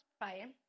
praying